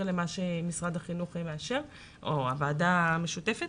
למה שמשרד החינוך מאשר או הוועדה המשותפת,